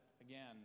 again